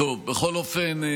בכל אופן,